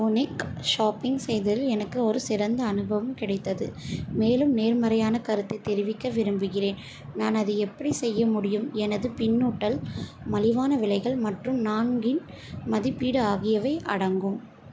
Voonik shopping செய்ததில் எனக்கு ஒரு சிறந்த அனுபவம் கிடைத்தது மேலும் நேர்மறையான கருத்தை தெரிவிக்க விரும்புகிறேன் நான் அதை எப்படி செய்ய முடியும் எனது பின்னூட்டல் மலிவான விலைகள் மற்றும் நான்கின் மதிப்பீடு ஆகியவை அடங்கும்